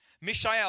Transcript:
Mishael